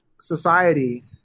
society